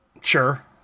Sure